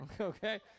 Okay